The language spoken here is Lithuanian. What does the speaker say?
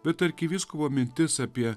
bet arkivyskupo mintis apie